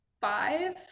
five